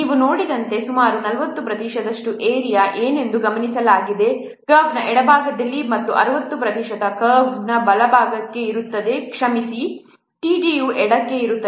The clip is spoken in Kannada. ನೀವು ನೋಡಿದಂತೆ ಸುಮಾರು 40 ಪ್ರತಿಶತದಷ್ಟು ಏರಿಯಾ ಏನೆಂದು ಗಮನಿಸಲಾಗಿದೆ ಕರ್ವ್ನ ಎಡಭಾಗದಲ್ಲಿದೆ ಮತ್ತು 60 ಪ್ರತಿಶತವು ಕರ್ವ್ನ ಬಲಕ್ಕೆ ಇರುತ್ತದೆ ಕ್ಷಮಿಸಿ T D ಯ ಎಡಕ್ಕೆ ಇರುತ್ತದೆ